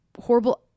horrible